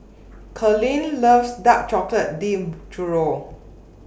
Karlene loves Dark Chocolate Dipped Churro